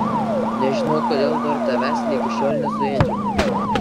nežinau kodėl dar tavęs ligi šiol nesuėdžiau